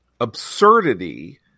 absurdity